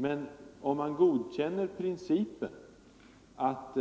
Men om man godkänner principen att